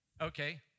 Okay